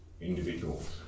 individuals